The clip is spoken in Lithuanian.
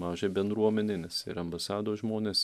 mažai bendruomenei nes ir ambasados žmonės